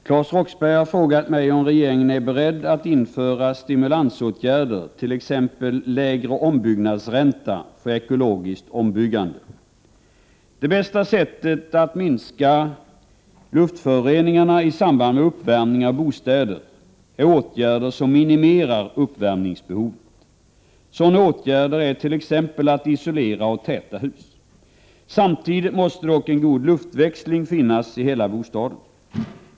Herr talman! Claes Roxbergh har frågat mig om regeringen är beredd att införa stimulansåtgärder t.ex. lägre ombyggnadsränta för ekologiskt ombyggande. Det bästa sättet att minska luftföroreningarna i samband med uppvärmning av bostäder är åtgärder som minimerar uppvärmningsbehovet. Sådana åtgärder är t.ex. att isolera och täta husen. Samtidigt måste dock en god luftväxling finnas i hela bostaden.